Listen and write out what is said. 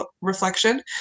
reflection